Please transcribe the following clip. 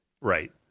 Right